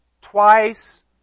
twice